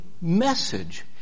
message